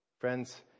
Friends